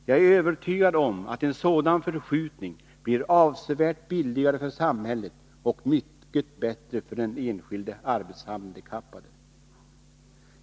Jag är övertygad om att en sådan förskjutning blir avsevärt billigare för samhället och mycket bättre för den enskilde arbetshandikappade.